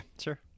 Sure